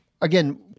again